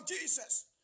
Jesus